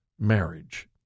marriage